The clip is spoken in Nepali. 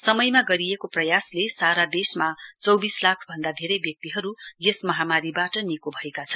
समयमा गरिएको प्रयासले सारा देशमा चौविस लाख भन्दा धेरै व्यक्तिहरू यस महामारीबाट निको भएका छन्